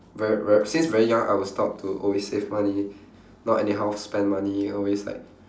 very very since very young I was taught to always save money not anyhow spend money always like